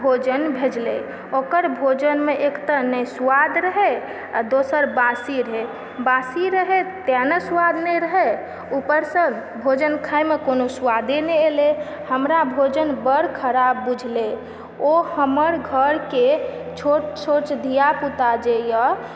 भोजन भेजलै ओकर भोजनमे एकटा नहि स्वाद रहै दोसर बासी रहै बासी रहै तैं ने स्वाद नहि रहै ऊपरसँ भोजन खाइ मे कोनो स्वादे नहि आयलै हमरा भोजन बड़ खराब बुझेलै ओ हमर घर के छोट छोट धिया पुता जे यऽ